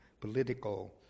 political